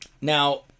Now